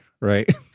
right